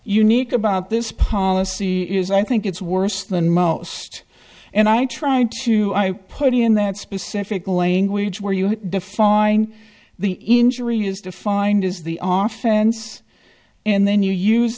unique about this policy is i think it's worse than most and i tried to i put it in that specific language where you define the injury is defined as the often ends and then you use